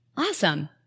Awesome